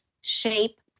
Shape